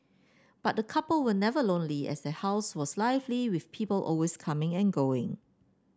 but the couple were never lonely as their house was lively with people always coming and going